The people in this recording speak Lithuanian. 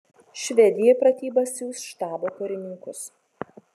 švedija į pratybas siųs štabo karininkus